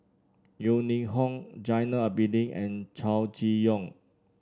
Yeo Ning Hong Zainal Abidin and Chow Chee Yong